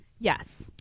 yes